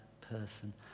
person